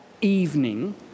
evening